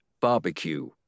barbecue